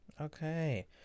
okay